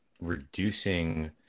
reducing